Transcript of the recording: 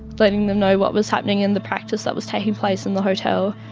letting them know what was happening and the practice that was taking place in the hotel.